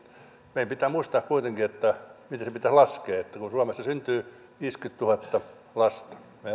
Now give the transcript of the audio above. meidän pitää muistaa kuitenkin miten se pitäisi laskea kun suomessa syntyy viisikymmentätuhatta lasta ja me